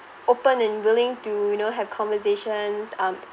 open and willing to you know have conversations um